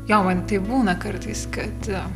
jo man taip būna kartais kad